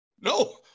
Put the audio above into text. No